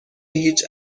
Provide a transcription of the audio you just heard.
هیچ